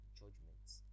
judgments